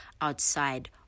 outside